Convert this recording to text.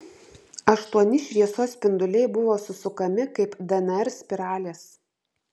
aštuoni šviesos spinduliai buvo susukami kaip dnr spiralės